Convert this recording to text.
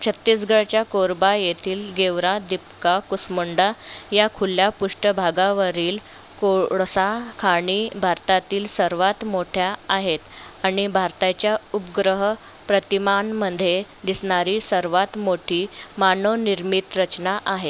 छत्तीसगडच्या कोरबा येतील गेवरा दिपका कुसमुंडा या खुल्ल्या पृष्ठभागावरील कोळसा खाणी भारतातील सर्वात मोठ्या आहेत आणि भारताच्या उप्ग्रह प्रतिमांमध्ये दिसणारी सर्वात मोठी मानवनिर्मित रचना आहे